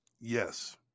Yes